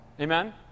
Amen